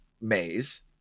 maze